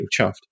chuffed